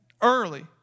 early